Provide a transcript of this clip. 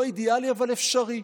לא אידיאלי אבל אפשרי,